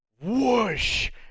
Whoosh